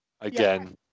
again